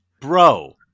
Bro